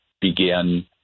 begin